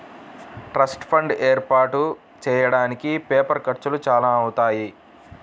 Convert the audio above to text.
trust fund ఏర్పాటు చెయ్యడానికి paper ఖర్చులు చానా అవుతాయి